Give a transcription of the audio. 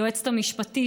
היועצת המשפטית,